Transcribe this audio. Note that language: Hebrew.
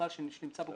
שם יש לנו